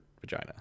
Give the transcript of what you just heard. vagina